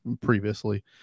previously